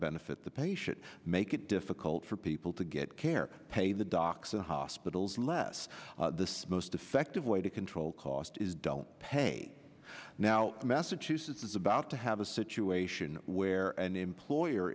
benefit the patient make it difficult for people to get care pay the docs and hospitals less the smoke's defective way to control costs don't pay now massachusetts is about to have a situation where an employer